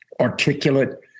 articulate